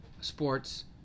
sports